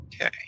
Okay